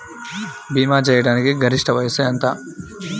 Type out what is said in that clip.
భీమా చేయాటానికి గరిష్ట వయస్సు ఎంత?